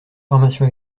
formation